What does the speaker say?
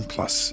Plus